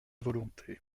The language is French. volonté